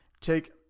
take